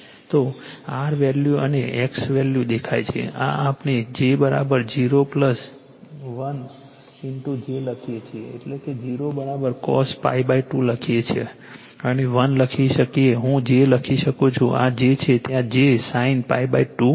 તો R value અને X value દેખાય છે આ આપણે j 0 1 j લખીએ છીએ એટલે કે 0 cos π2 લખી શકે છે અને 1 લખી શકે છે હું j લખી શકું છું આ j છે ત્યાં j sin π2 છે